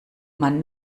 man